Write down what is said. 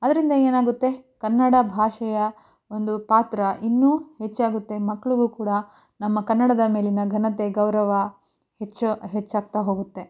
ಅದರಿಂದ ಏನಾಗುತ್ತೆ ಕನ್ನಡ ಭಾಷೆಯ ಒಂದು ಪಾತ್ರ ಇನ್ನೂ ಹೆಚ್ಚಾಗುತ್ತೆ ಮಕ್ಳಿಗೂ ಕೂಡ ನಮ್ಮ ಕನ್ನಡದ ಮೇಲಿನ ಘನತೆ ಗೌರವ ಹೆಚ್ಚು ಹೆಚ್ಚಾಗ್ತಾ ಹೋಗುತ್ತೆ